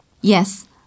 Yes